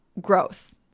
growth